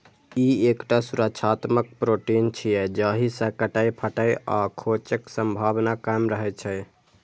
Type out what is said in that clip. ई एकटा सुरक्षात्मक प्रोटीन छियै, जाहि सं कटै, फटै आ खोंचक संभावना कम रहै छै